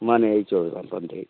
ꯃꯥꯅꯦ ꯑꯩ ꯆꯨꯔꯥꯆꯥꯟꯄꯨꯔꯗꯒꯤ